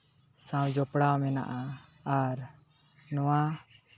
ᱥᱟᱶ ᱡᱚᱯᱲᱟᱣ ᱢᱮᱱᱟᱜᱼᱟ ᱟᱨ ᱱᱚᱣᱟ